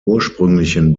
ursprünglichen